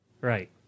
Right